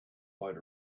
might